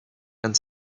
and